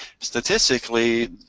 statistically